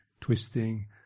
twisting